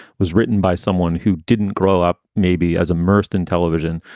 was written by someone who didn't grow up maybe as immersed in television.